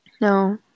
No